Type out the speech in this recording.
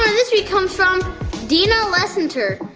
this week comes from deannalassiter.